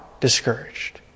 discouraged